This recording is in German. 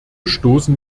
stoßen